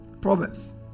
Proverbs